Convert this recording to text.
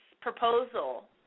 proposal